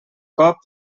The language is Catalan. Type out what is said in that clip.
cop